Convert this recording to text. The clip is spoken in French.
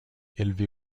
élevée